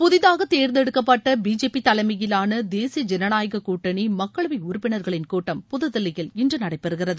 புதிதாக தேர்ந்தெடுக்கப்பட்ட பிஜேபி தலைமையிலான தேசிய ஜனநாயகக் கூட்டணி மக்களவை உறுப்பினர்களின் கூட்டம் புதுதில்லியில் இன்று நடைபெறுகிறது